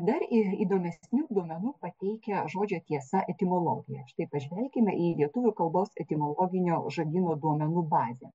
dar ir įdomesnių duomenų pateikia žodžio tiesa etimologija štai pažvelkime į lietuvių kalbos etimologinio žodyno duomenų bazę